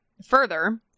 further